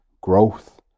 growth